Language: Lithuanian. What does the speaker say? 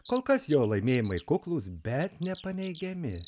kol kas jo laimėjimai kuklūs bet nepaneigiami